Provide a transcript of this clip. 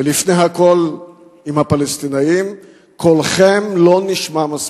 ולפני הכול עם הפלסטינים, קולכם לא נשמע מספיק.